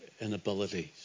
inabilities